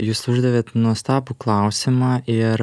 jūs uždavėt nuostabų klausimą ir